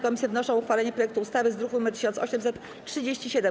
Komisje wnoszą o uchwalenie projektu ustawy z druku nr 1837.